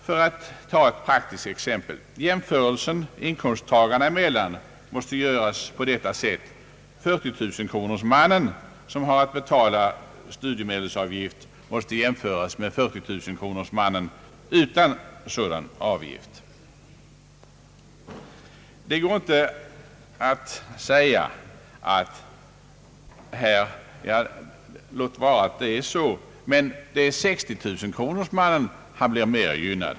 Låt mig ta ett praktiskt exempel. Jämförelsen inkomsttagarna emellan måste göras på följande sätt: 40 000-kronorsmannen som har att betala studiemedelsavgift måste jämföras med 40 000 kronorsmannen utan sådan avgiftsskyl dighet. Det går inte att säga: låt vara att det är så, men 60 000-kronorsmannen blir mera gynnad.